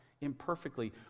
imperfectly